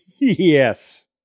Yes